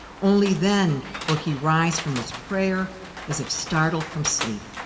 only then will he rise from his prayer as if startled from sleep.